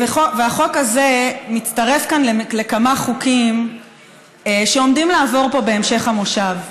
החוק הזה מצטרף כאן לכמה חוקים שעומדים לעבור פה בהמשך המושב.